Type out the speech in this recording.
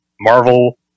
Marvel